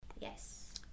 yes